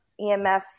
EMF